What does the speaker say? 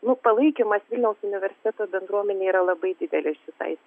nu palaikymas vilniaus universiteto bendruomenei yra labai didelis šitai